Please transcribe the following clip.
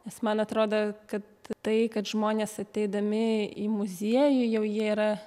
nes man atrodo kad tai kad žmonės ateidami į muziejų jau jie yra